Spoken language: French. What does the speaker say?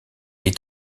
est